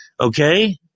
Okay